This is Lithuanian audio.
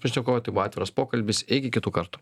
pašnekovai tai buvo atviras pokalbis iki kitų kartų